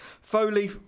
Foley